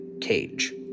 cage